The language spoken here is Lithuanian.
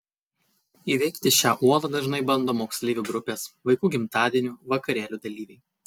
įveikti šią uolą dažnai bando moksleivių grupės vaikų gimtadienių vakarėlių dalyviai